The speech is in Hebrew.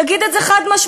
תגיד את זה חד-משמעית,